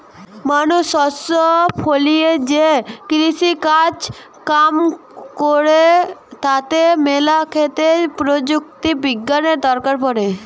মানুষ শস্য ফলিয়ে যে কৃষিকাজ কাম কইরে তাতে ম্যালা ক্ষেত্রে প্রযুক্তি বিজ্ঞানের দরকার পড়ে